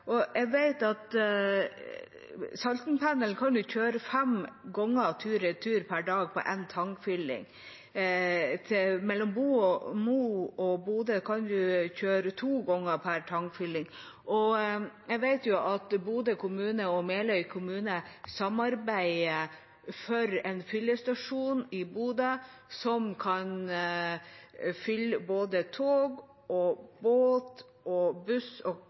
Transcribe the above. Saltenpendelen fem ganger tur-retur per dag på én tankfylling. Mellom Mo og Bodø kan en kjøre to ganger per tankfylling. Jeg vet at Bodø kommune og Meløy kommune samarbeider for en fyllestasjon i Bodø som kan fylle både tog, båt og buss